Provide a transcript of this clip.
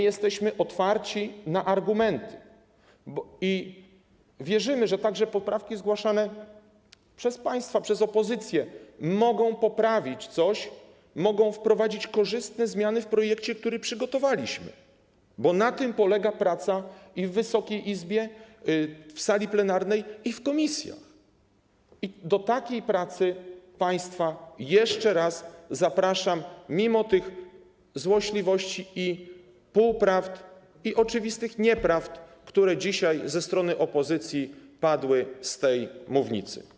Jesteśmy otwarci na argumenty i wierzymy, że także poprawki zgłaszane przez państwa, przez opozycję mogą coś poprawić, mogą wprowadzić korzystne zmiany w projekcie, który przygotowaliśmy, bo na tym polega praca w Wysokiej Izbie, w sali plenarnej i w komisjach, i do takiej pracy państwa jeszcze raz zapraszam mimo tych złośliwości, półprawd i oczywistych nieprawd, które dzisiaj ze strony opozycji padły z tej mównicy.